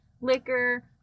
liquor